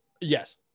Yes